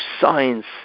science